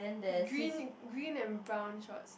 green green and brown shorts